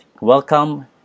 Welcome